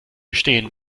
gestehen